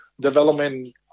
development